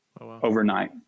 overnight